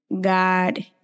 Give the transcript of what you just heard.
God